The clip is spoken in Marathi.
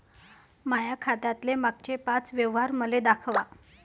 माया खात्यातले मागचे पाच व्यवहार मले दाखवा